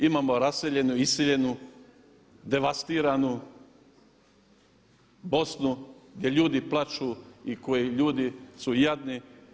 Imamo raseljenu, iseljenu, devastiranu Bosnu gdje ljudi plaću i ljudi su jadni.